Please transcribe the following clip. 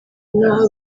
n’aho